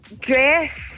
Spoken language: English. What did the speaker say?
dress